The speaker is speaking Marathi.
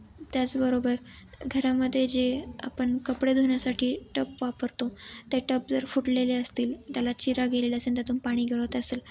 त्याचबरोबर घरामध्ये जे आपण कपडे धुण्यासाठी टब वापरतो ते टब जर फुटलेले असतील त्याला चिरा गेलेला असेल त्यातून पाणी गळत असेल